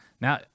Now